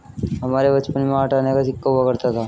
हमारे बचपन में आठ आने का सिक्का हुआ करता था